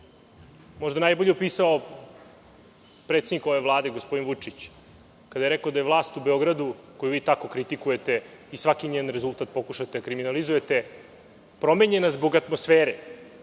možda najbolje opisao potpredsednik ove Vlade gospodin Vučić kada je rekao da je vlast u Beogradu, koju vi tako kritikujete i svaki njen rezultat pokušavate da kriminalizujete promenjena zbog atmosfere.